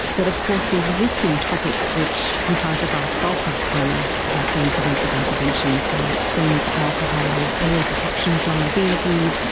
but of course the existing topics which comprise the vast bulk of primary healthcare and preventive interventions like screening for alcohol, early detection of diabetes,